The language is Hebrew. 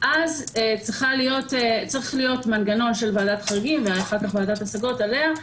אז צריך להיות מנגנון של ועדת חריגים ואחר כך ועדת השגות עליה,